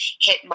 hit